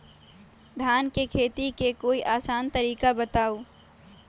धान के खेती के कोई आसान तरिका बताउ?